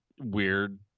weird